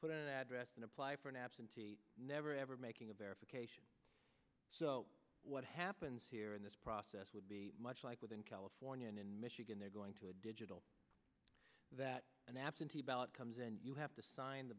individual address and apply for an absentee never ever making a verification so what happens here in this process would be much like with in california and in michigan they're going to a digital that an absentee ballot comes and you have to sign the